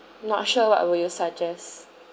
not sure what would you suggest